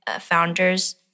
founders